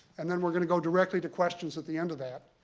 and then we're going to go directly to questions at the end of that.